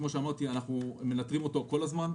אנחנו מנטרים אותו כל הזמן,